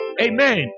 Amen